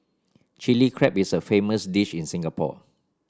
Chilli Crab is a famous dish in Singapore